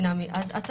כי המצב הוא דינמי.